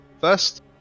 First